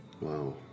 Wow